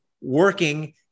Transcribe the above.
working